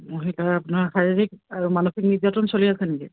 আপোনাৰ শাৰীৰিক আৰু মানসিক নিৰ্যাতন চলি আছে নেকি